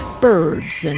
birds. and